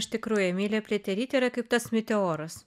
iš tikrųjų emilija pliaterytė yra kaip tas meteoras